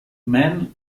mann